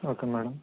okay madam